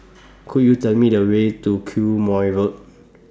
Could YOU Tell Me The Way to Quemoy Road